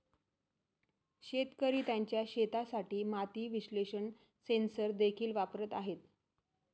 शेतकरी त्यांच्या शेतासाठी माती विश्लेषण सेन्सर देखील वापरत आहेत